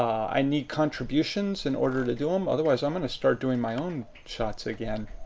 i need contributions in order to do them. otherwise, i'm going to start doing my own shots again.